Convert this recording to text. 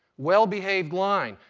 well behaved line.